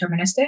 deterministic